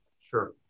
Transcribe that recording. Sure